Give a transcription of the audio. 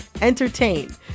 entertain